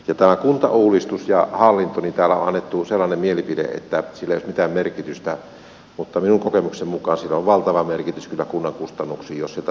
tästä kuntauudistuksesta ja hallinnosta täällä on annettu sellainen mielipide että sillä ei olisi mitään merkitystä mutta minun kokemukseni mukaan sillä on kyllä valtava merkitys kunnan kustannuksille